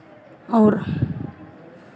और